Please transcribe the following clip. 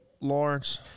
Lawrence